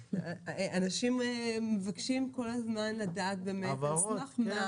אנשים מבקשים כל הזמן לדעת באמת על סמך מה